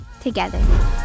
together